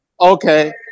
Okay